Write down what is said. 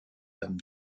dame